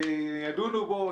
ידונו בו,